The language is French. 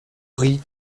brille